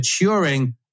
maturing